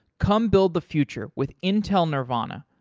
come build the future with intel nervana.